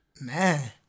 Man